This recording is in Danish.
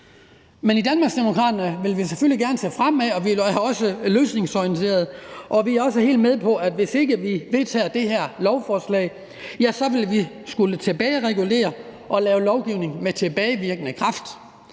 Men i Danmarksdemokraterne vil vi selvfølgelig gerne se fremad, og vi er også løsningsorienterede, og vi er også helt med på, at hvis ikke vi vedtager det her lovforslag, ja, så vil vi skulle tilbageregulere og lave lovgivning med tilbagevirkende kraft.